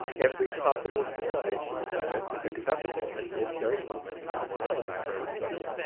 every possible permutation of letters is accessible at this very moment in one of the library's books,